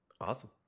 Awesome